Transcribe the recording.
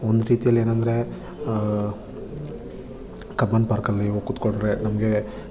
ಒಂದು ರೀತಿಯಲ್ಲಿ ಏನಂದರೆ ಕಬ್ಬನ್ ಪಾರ್ಕಲ್ಲಿ ಹೋಗಿ ಕುತ್ಕೊಂಡ್ರೆ ನಮಗೆ